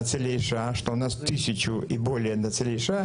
כדי שנהיה פרקטיים: באיזו קטגוריה של תמיכה נמצא השירות?